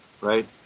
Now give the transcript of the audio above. right